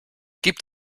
gibt